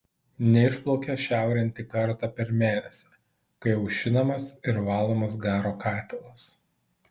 neišplaukia šiaurėn tik kartą per mėnesį kai aušinamas ir valomas garo katilas